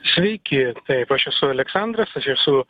sveiki taip aš esu aleksandras aš esu